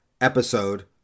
episode